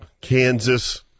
Kansas